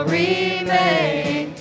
remain